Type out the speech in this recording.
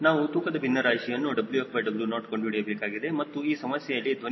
ನಾವು ತೂಕದ ಭಿನ್ನರಾಶಿಯನ್ನುWfW0 ಕಂಡುಹಿಡಿಯಬೇಕಾಗಿದೆ ಮತ್ತು ಈ ಸಮಸ್ಯೆಯಲ್ಲಿ ಧ್ವನಿಯ ವೇಗವು 994